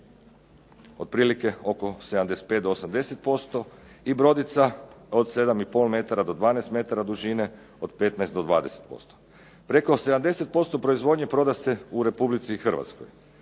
otprilike oko 75 do 80% i brodica od 7,5 metara do 12 metara dužine od 15 do 20%. Preko 70% proizvodnje proda se u Republici Hrvatskoj.